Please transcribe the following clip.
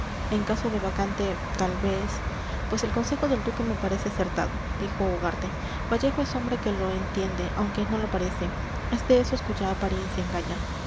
en caso de vacante tal vez pues el consejo del duque me parece acertado dijo ugarte vallejo es hombre que lo entiende aunque no lo parece es de esos cuya apariencia engaña